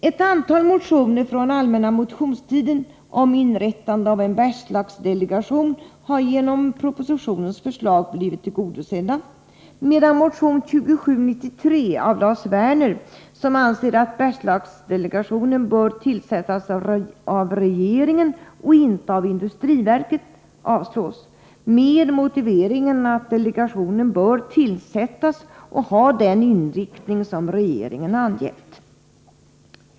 Ett antal motioner från allmänna motionstiden om inrättande av en Bergslagsdelegation har genom propositionens förslag blivit tillgodosedda, medan motion 2793 av Lars Werner m.fl., där det yrkas att Bergslagsdelegationen bör tillsättas av regeringen och inte av industriverket, avslås med motiveringen att delegationen bör tillsättas av regeringen och ha den inriktning som regeringen angett.